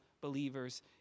believers